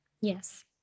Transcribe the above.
Yes